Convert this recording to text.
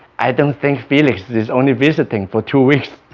i don't think felix is is only visiting for two weeks